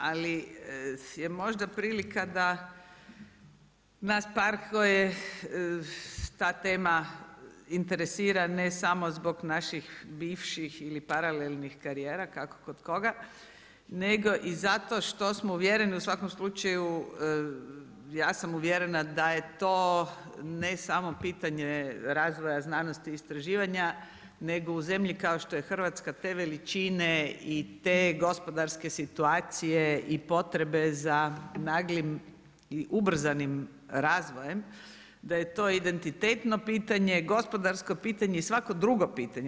Ali je možda prilika da nas par koje ta tema interesira ne samo zbog naših bivših ili paralelnih karijera, kako kod koga, nego i zato što smo uvjereni u svakom slučaju, ja sam uvjerena da je to, ne samo pitanje razvoja znanosti i istraživanja nego u zemlji kao što je Hrvatska te veličine i te gospodarske situacije i potrebe za naglim i ubrzanim razvojem, da j to identitetno pitanje, gospodarsko pitanje i svako drugo pitanje.